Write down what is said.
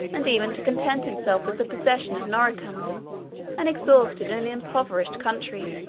and even to content himself with the possession of noricum an exhausted and impoverished country,